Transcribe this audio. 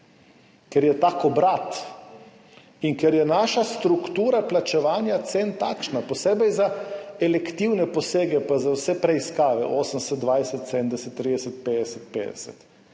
Ker je tak obrat in ker je naša struktura plačevanja cen takšna, posebej za elektivne posege pa za vse preiskave, 80 : 20, 70 : 30, 50 : 50.